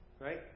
right